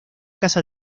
casa